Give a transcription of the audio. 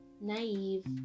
naive